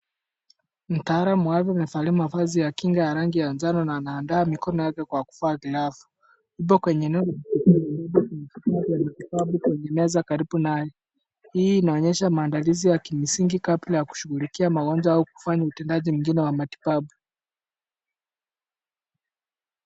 Mtaalamu wa afya amevalia mavazi ya kinga ya rangi ya njano, na anaandaa mikono yake kwa kuvalia glavu. Kuna vifaa vya matibabu kwenye meza karibu naye. Hii inaonyesha maandalizi ya kimsingi kabla ya kushughulikia magonjwa, au kufanya utendaji mwingine wa matibabu.